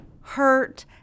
hurt